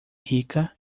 rica